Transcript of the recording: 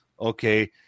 Okay